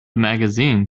magazine